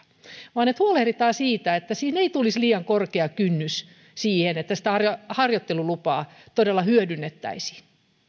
vaan että huolehditaan siitä että siinä ei tulisi liian korkea kynnys siihen että sitä harjoittelulupaa todella hyödynnettäisiin